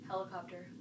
Helicopter